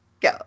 go